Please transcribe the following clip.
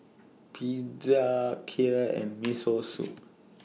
Pizza Kheer and Miso Soup